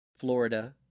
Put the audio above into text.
Florida